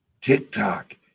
TikTok